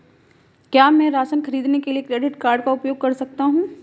क्या मैं राशन खरीदने के लिए क्रेडिट कार्ड का उपयोग कर सकता हूँ?